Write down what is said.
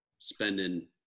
spending